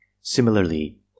Similarly